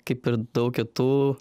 kaip ir daug kitų